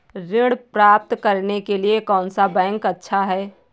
ऋण प्राप्त करने के लिए कौन सा बैंक अच्छा है?